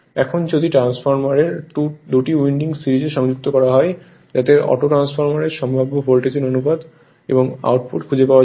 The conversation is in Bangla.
এখন যদি ট্রান্সফরমারের 2টি উইন্ডিং সিরিজ এ সংযুক্ত করা হয় যাতে অটো ট্রান্সফরমারের সম্ভাব্য ভোল্টেজ অনুপাত এবং আউটপুট খুঁজে পাওয়া যায়